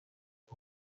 who